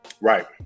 Right